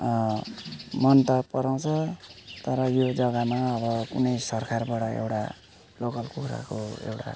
मन त पराउँछ तर यो जगामा एउटा कुनै सरकारबाट एउटा लोकल कुखुराको एउटा